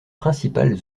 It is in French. principales